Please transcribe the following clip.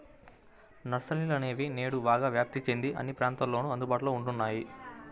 నర్సరీలనేవి నేడు బాగా వ్యాప్తి చెంది అన్ని ప్రాంతాలలోను అందుబాటులో ఉంటున్నాయి